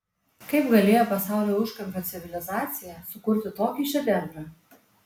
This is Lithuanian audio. kaip galėjo pasaulio užkampio civilizacija sukurti tokį šedevrą